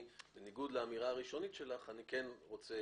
בניגוד לאמירה הראשונית שלך, אני כן רוצה